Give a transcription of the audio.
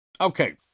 Okay